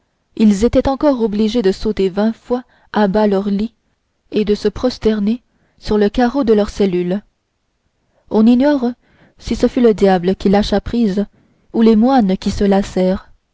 ils étaient encore obligés de sauter vingt fois à bas de leurs lits et de se prosterner sur le carreau de leurs cellules on ignore si ce fut le diable qui lâcha prise ou les moines qui se